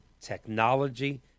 technology